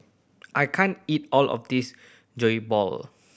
I can't eat all of this Jokbal